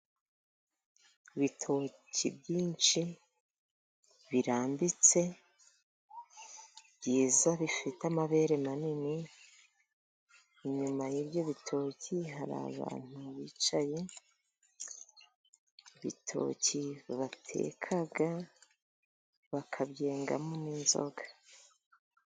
Ibitoki byinshi birambitse byiza, bifite amabere manini, inyuma y'ibyo bitoki hari abantu bicaye ,ibitoki bateka bakabyengamo n'inzoga.